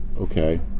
okay